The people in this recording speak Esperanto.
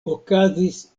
okazis